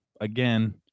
again